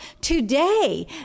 today